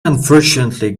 unfortunately